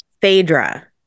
Phaedra